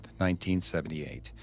1978